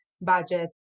budget